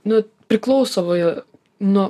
nu priklausomai nu